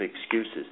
excuses